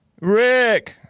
Rick